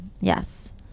Yes